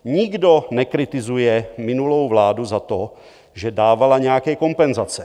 Nikdo nekritizuje minulou vládu za to, že dávala nějaké kompenzace.